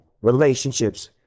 relationships